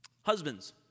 Husbands